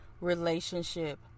relationship